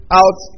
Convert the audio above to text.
out